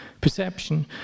perception